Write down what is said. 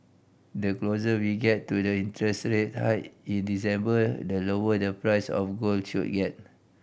the closer we get to the interest rate hike in December the lower the price of gold should get